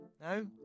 No